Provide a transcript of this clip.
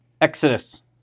Exodus